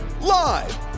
Live